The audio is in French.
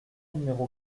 numéro